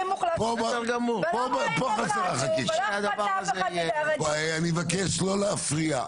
אני מבקש לא להפריע.